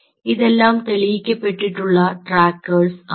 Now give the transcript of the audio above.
ഇതെല്ലാം തെളിയിക്കപ്പെട്ടിട്ടുള്ള ട്രാക്കേഴ്സ് ആണ്